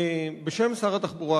בשם שר התחבורה,